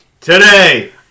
Today